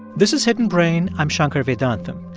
this is hidden brain. i'm shankar vedantam.